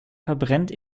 verbrennt